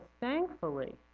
thankfully